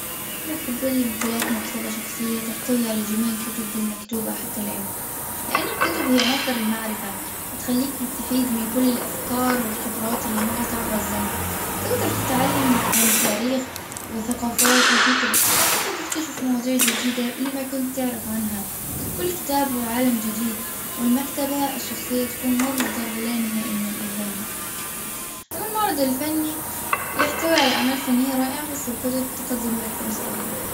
أنا بتكلم طلعت مكتبة شخصية تحتوي على جميع الكتب بالمكتوبة حتى الآن. لأن الكتب هي مصدر المعرفة وتخليك تستفيد من كل الأفكار والخبرات اللي مرت عبر الزمن. تقدر تتعلم عن تاريخ وثقافات وفكر أو حتى تكتشف مواضيع جديدة اللي ما كنت تعرف عنها. كل كتاب هو والمكتبة الشخصية تكون مصدر لا نهائي من الألهام. عن المعرض الفني يحتوي على أعمال فنية رائعة بس الكتب تقدم لك فرص أكبر.